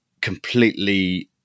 completely